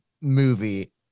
movie